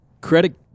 credit